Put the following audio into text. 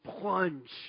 plunge